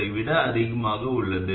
ஐ விட அதிகமாக உள்ளது